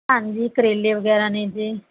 ਹਾਂਜੀ ਕਰੇਲੇ ਵਗੈਰਾ ਨੇ ਜੀ